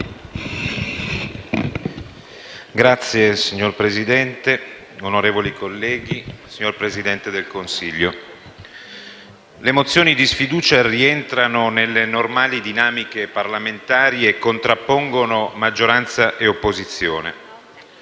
*(CoR)*. Signor Presidente, onorevoli colleghi, signor Presidente del Consiglio, le mozioni di sfiducia rientrano nelle normali dinamiche parlamentari e contrappongono maggioranza e opposizione.